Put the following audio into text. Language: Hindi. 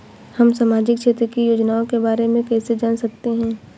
हम सामाजिक क्षेत्र की योजनाओं के बारे में कैसे जान सकते हैं?